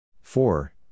four